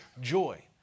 joy